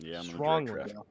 strongly